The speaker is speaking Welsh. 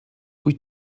wyt